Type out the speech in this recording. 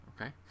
Okay